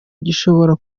gishobora